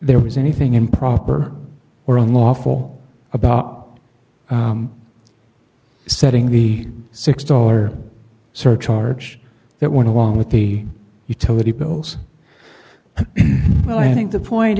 there was anything improper or unlawful about setting the six dollars surcharge that went along with the utility bills well i think the point